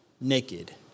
naked